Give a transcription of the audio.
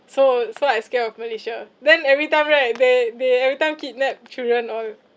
so so I scared of malaysia then every time right they they every time kidnap children all